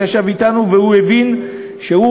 שישב אתנו והבין שהוא,